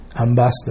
Ambassador